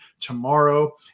tomorrow